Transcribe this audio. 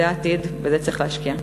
זה העתיד, ובזה צריך להשקיע.